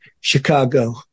Chicago